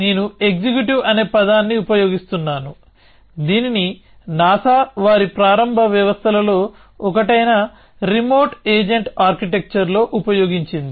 నేను ఎగ్జిక్యూటివ్ అనే పదాన్ని ఉపయోగిస్తున్నాను దీనిని నాసా వారి ప్రారంభ వ్యవస్థలలో ఒకటైన రిమోట్ ఏజెంట్ ఆర్కిటెక్చర్లో ఉపయోగించింది